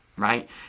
right